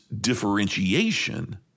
differentiation